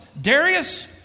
Darius